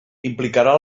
implicarà